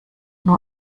nur